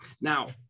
Now